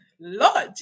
Lord